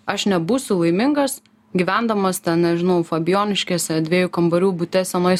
aš nebūsiu laimingas gyvendamas ten nežinau fabijoniškėse dviejų kambarių bute senoj